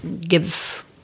give